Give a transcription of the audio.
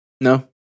no